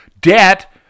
debt